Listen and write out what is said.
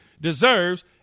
deserves